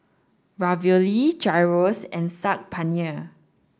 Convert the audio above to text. Ravioli Gyros and Saag Paneer